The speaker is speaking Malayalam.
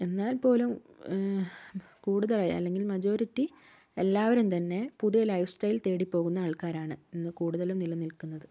എന്നാൽപ്പോലും കൂടുതലായി അല്ലെങ്കിൽ മജോറിറ്റി എല്ലാവരും തന്നെ പുതിയ ലൈഫ് സ്റ്റൈൽ തേടിപ്പോകുന്ന ആൾക്കാരാണ് ഇന്ന് കൂടുതലും നിലനിൽക്കുന്നത്